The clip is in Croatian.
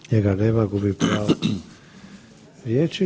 Njega nema gubi pravo riječi.